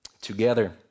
together